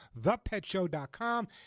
thepetshow.com